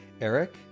eric